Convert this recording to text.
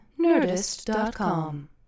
Nerdist.com